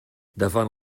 davant